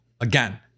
again